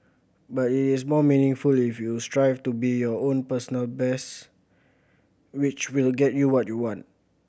but it is more meaningful if you strive to be your own personal best which will get you what you want